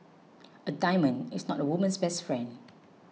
a diamond is not a woman's best friend